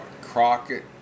Crockett